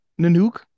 nanook